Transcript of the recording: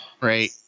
Right